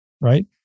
right